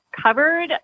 covered